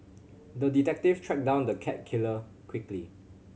the detective tracked down the cat killer quickly